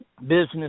business